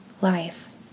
life